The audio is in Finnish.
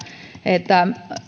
että